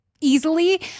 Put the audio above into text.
easily